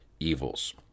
evils